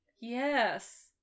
Yes